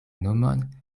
nomon